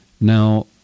Now